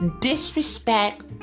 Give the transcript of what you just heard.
disrespect